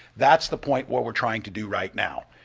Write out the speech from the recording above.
that's the point we're we're trying to do right now.